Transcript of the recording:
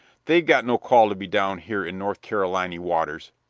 they've got no call to be down here in north caroliny waters.